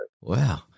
wow